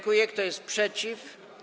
Kto jest przeciw?